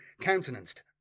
countenanced